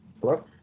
Hello